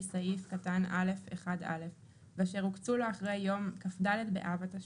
סעיף קטן א' 1א. ואשר הוקצו לו אחרי יום כ"ד באב התשפ"א,